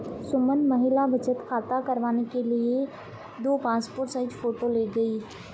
सुमन महिला बचत खाता करवाने के लिए दो पासपोर्ट साइज फोटो ले गई